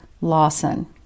Lawson